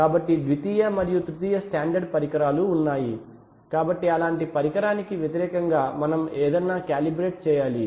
కాబట్టి ద్వితీయ మరియు తృతీయ స్టాండర్డ్ పరికరాలు ఉన్నాయి కాబట్టి అలాంటి పరికరానికి వ్యతిరేకంగా మనం ఏదైనా కాలిబ్రేట్ చేయాలి